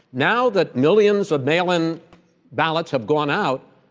now that millions of mail-in ballots have gone out,